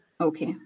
Okay